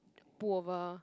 pullover